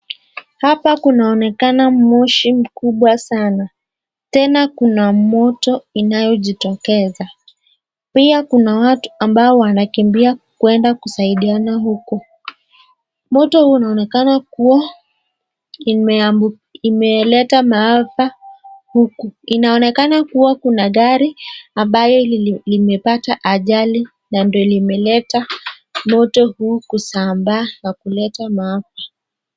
Hapa kunaonekana moshi mkubwa sana tena kuna moto inayojitokeza pia kuna watu ambao wanakimbia kwenda kusaidiana huku. Moto huu unaonekana kuwa imeleta maafa huku, inaonekana kuwa kuna gari ambayo limepata ajali na ndio limeleta moto huu kusambaa na limeleta maafa.